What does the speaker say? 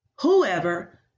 Whoever